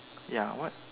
ya what